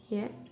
you have